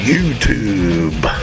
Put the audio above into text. YouTube